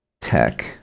tech